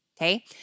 Okay